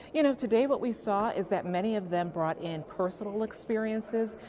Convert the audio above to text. you know today what we saw is that many of them brought in personal experiences.